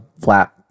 flat